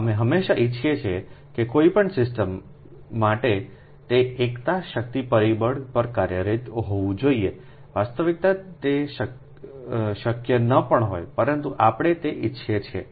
અમે હંમેશાં ઇચ્છીએ છીએ કે કોઈપણ સિસ્ટમ માટે તે એકતા શક્તિ પરિબળ પર કાર્યરત હોવું જોઈએ વાસ્તવિકતા તે શક્ય ન પણ હોય પરંતુ આપણે તે ઇચ્છીએ છીએ